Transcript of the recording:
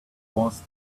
was